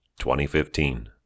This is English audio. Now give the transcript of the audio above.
2015